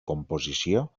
composició